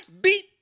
beat